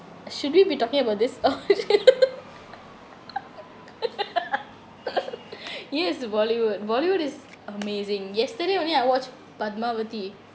should we be talking about this oh yes the bollywood bollywood is amazing yesterday only I watched padmavati